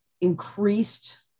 increased